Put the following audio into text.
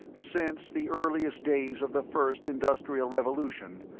since the earliest days of the first industrial revolution,